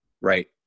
right